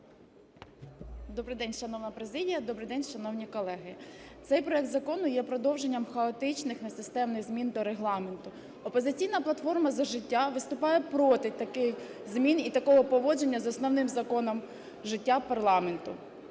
Добрий день, шановна президія! Добрий день, шановні колеги! Цей проект закону є продовженням хаотичних, несистемних змін до Регламенту. "Опозиційна платформа – За життя" виступає проти таких змін і такого поводження з основним законом життя парламенту.